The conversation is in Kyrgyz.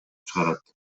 чыгарат